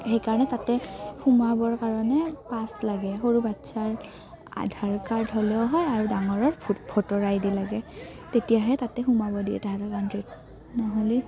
সেইকাৰণে তাতে সোমাবৰ কাৰণে পাছ লাগে সৰু বাচ্ছাৰ আধাৰ কাৰ্ড হ'লেও হয় আৰু ডাঙৰৰ ভোটাৰ আই ডি লাগে তেতিয়াহে তাতে সোমাব দিয়ে তাহাঁতৰ কাণ্ট্ৰীত নহ'লে